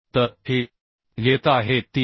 तर हे येत आहे 3